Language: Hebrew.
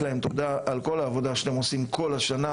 להם תודה על כל העבודה שאתם עושים כל השנה,